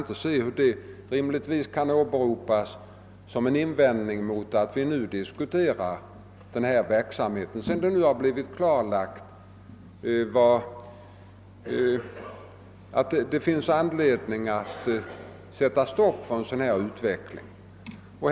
Det blev då klarlagt att det fanns anledning att sätta stopp för denna utveckling, och jag kan inte inse att det bör kunna åberopas som ett skäl mot att vi nu diskuterar denna verksamhet.